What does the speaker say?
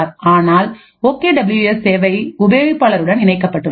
ஆனால் O K W S சேவை உபயோகிப்பாளர் உடன் இணைக்கப்பட்டுள்ளது